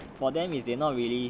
for them is they not really